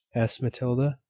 asked matilda.